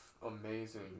Amazing